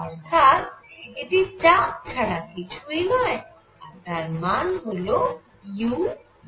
অর্থাৎ এটি চাপ ছাড়া কিছুই নয় আর তার মান হল u3